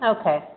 okay